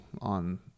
on